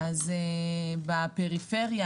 עולה שבפריפריה